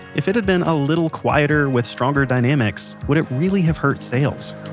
if it had been a little quieter, with stronger dynamics, would it really have hurt sales?